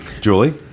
Julie